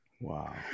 Wow